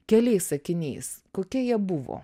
keliais sakiniais kokie jie buvo